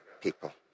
people